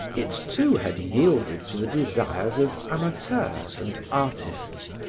it, too, had yielded to the desires of amateurs and artists,